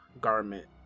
Garment